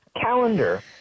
calendar